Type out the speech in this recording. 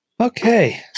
Okay